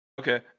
Okay